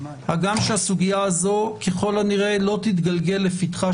הגם שהסוגיה הזאת ככל הנראה לא תתגלגל לפתחה